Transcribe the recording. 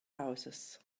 houses